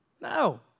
No